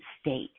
state